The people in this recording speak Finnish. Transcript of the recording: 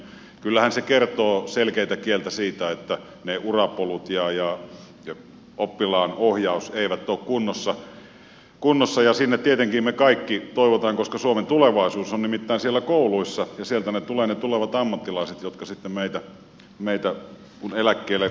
kyllähän se kertoo selkeätä kieltä siitä että urapolut ja oppilaanohjaus eivät ole kunnossa ja siihen tietenkin me kaikki toivomme korjausta koska suomen tulevaisuus on nimittäin siellä kouluissa ja sieltä tulevat ne tulevat ammattilaiset jotka sitten meitä korvaavat kun eläkkeelle siirrymme